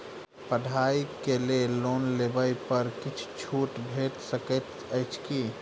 पढ़ाई केँ लेल लोन लेबऽ पर किछ छुट भैट सकैत अछि की?